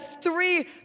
three